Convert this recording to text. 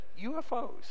UFOs